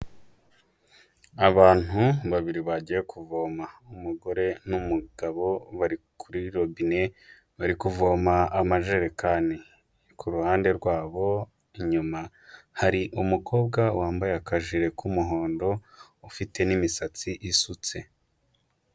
Abantu babiri bagiye kuvoma, umugore n'umugabo bari kuri robine bari kuvoma amajerekani, ku ruhande rwabo inyuma hari umukobwa wambaye akajire k'umuhondo ufite n'imisatsi isutse.